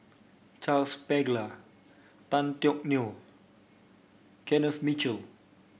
Charles Paglar Tan Teck Neo Kenneth Mitchell